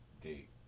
date